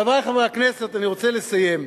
חברי חברי הכנסת, אני רוצה לסיים.